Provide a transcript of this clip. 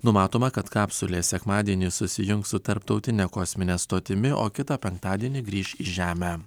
numatoma kad kapsulė sekmadienį susijungs su tarptautine kosmine stotimi o kitą penktadienį grįš į žemę